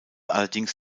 allerdings